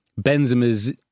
Benzema's